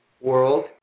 world